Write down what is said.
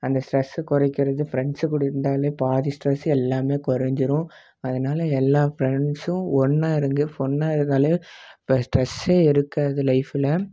அந்த ஸ்ட்ரெஸ்ஸை குறைகிறது ஃப்ரெண்ட்ஸு கூட இருந்தாலே பாதி ஸ்ட்ரெஸ் எல்லாமே குறஞ்சுரும் அதனால எல்லா ஃப்ரெண்ட்ஸ்ஸும் ஒன்னாக இருந்து ஃபன்னாக இருந்தாலே ப ஸ்ரஸ்ஸே இருக்காது லைஃபில்